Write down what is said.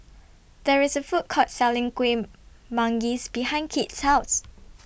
There IS A Food Court Selling Kueh Manggis behind Kit's House